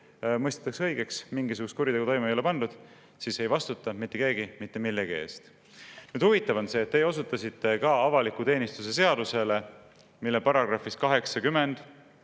mõistetakse õigeks, mingisugust kuritegu toime ei ole pandud, siis ei vastuta mitte keegi mitte millegi eest. Nüüd, huvitav on see, et te osutasite ka avaliku teenistuse seadusele, mille §-s 80